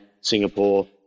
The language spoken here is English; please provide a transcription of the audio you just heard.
Singapore